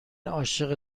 عاشق